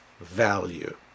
value